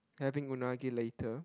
having unagi later